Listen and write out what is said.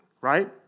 right